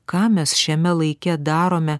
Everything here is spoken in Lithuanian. ką mes šiame laike darome